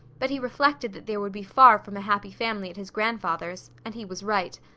but he reflected that there would be far from a happy family at his grandfather's and he was right.